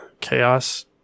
chaos